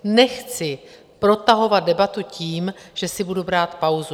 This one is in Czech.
Nechci protahovat debatu tím, že si budu brát pauzu.